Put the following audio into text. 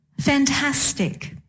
fantastic